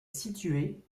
située